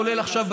כולל עכשיו,